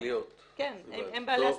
הם בעלי הסמכות.